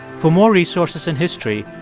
for more resources and history,